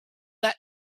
that